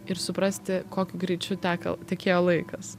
ir suprasti kokiu greičiu teka tekėjo laikas